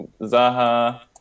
Zaha